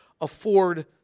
afford